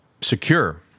secure